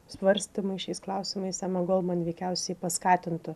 svarstymai šiais klausimais emą goldman veikiausiai paskatintų